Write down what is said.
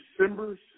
December